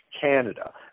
Canada